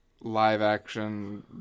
live-action